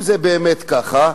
אם זה באמת כך,